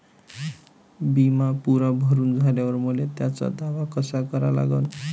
बिमा पुरा भरून झाल्यावर मले त्याचा दावा कसा करा लागन?